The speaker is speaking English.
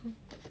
mm